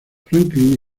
franklin